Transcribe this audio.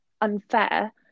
unfair